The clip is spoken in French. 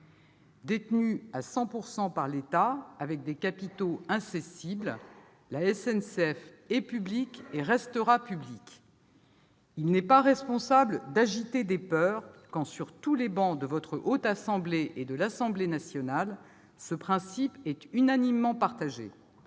Détenue à 100 % par l'État, avec des capitaux incessibles, la SNCF est et restera publique. Il n'est pas responsable d'agiter des peurs quand, sur toutes les travées de la Haute Assemblée et sur tous les bancs de l'Assemblée nationale, ce principe est unanimement partagé.